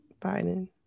Biden